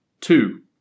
two